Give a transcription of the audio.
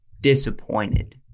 disappointed